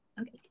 Okay